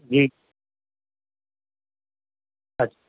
جی